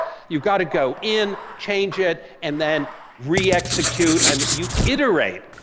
you've got to go in, change it, and then re-execute, and you iterate,